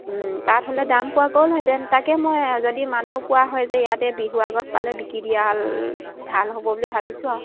তাত হ'লে দাম পোৱা গ'লহেঁতেন তাকে মই যদি মানুহ পোৱা হয় যে ইয়াতে বিহুৰ আগত পালে বিক্ৰী দিয়া ভাল হ'ব বুলি ভাবিছোঁ আৰু